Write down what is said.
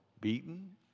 beaten